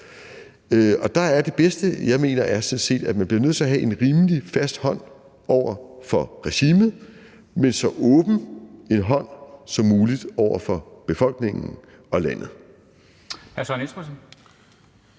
op med det? Der mener jeg sådan set, at man bliver nødt til at have en rimelig fast hånd over for regimet, men så åben en hånd som muligt over for befolkningen og landet.